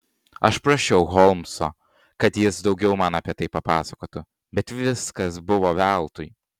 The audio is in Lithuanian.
aš prašiau holmsą kad jis daugiau man apie tai papasakotų bet viskas buvo veltui